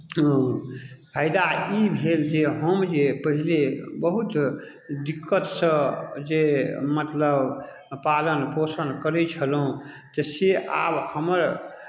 कोनो फायदा ई भेल जे हम जे पहिले बहुत दिक्कतसँ जे मतलब पालन पोषण करै छलहुँ तऽ से आब हमर